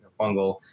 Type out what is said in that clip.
fungal